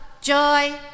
joy